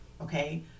Okay